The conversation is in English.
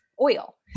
oil